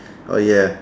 oh ya